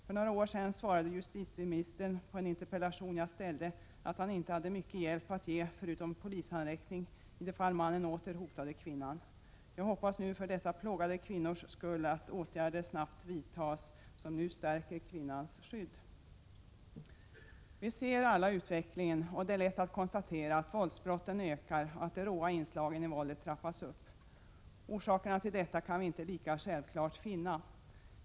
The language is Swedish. För några år sedan svarade dåvarande justitieministern på en interpellation jag ställde till honom att han inte hade mycket hjälp att ge förutom polishandräckning i de fall mannen åter hotade kvinnan. Jag hoppas nu för dessa plågade kvinnors skull att åtgärder snabbt vidtas som stärker kvinnans skydd. Vi ser alla utvecklingen, och det är lätt att konstatera att våldsbrotten ökar och att det råa inslagen i våldet trappas upp. Orsakerna till detta kan vi inte lika självklart finna.